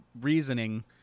reasoning